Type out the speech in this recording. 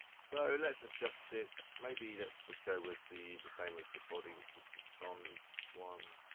so let's adjust it, maybe let's just go with the the same as the body, which was the sans one.